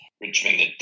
Richmond